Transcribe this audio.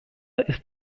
ist